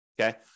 okay